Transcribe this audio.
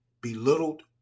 belittled